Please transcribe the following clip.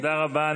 תודה רבה.